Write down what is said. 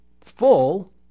full